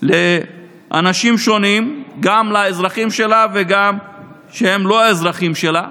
של אנשים שונים, גם אזרחים שלה וגם לא אזרחים שלה.